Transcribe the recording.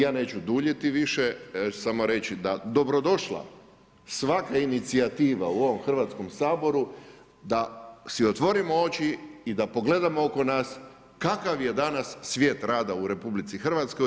Ja neću duljiti više, samo reći dobrodošla svaka inicijativa u ovom Hrvatskom saboru, da si otvorimo oči i da pogledamo oko nas, kakav je danas svijet rada u RH.